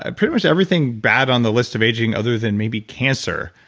ah pretty much everything bad on the list of aging other than maybe cancer.